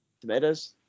Tomatoes